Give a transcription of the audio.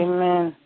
Amen